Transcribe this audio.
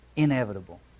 Inevitable